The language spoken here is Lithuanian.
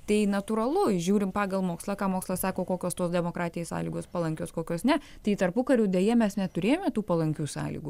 tai natūralu žiūrim pagal mokslą ką mokslas sako kokios tos demokratijai sąlygos palankios kokios ne tai tarpukariu deja mes neturėjome tų palankių sąlygų